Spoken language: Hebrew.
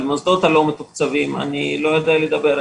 על הקבוצות הלא מתוקצבים אני לא יודע לדבר,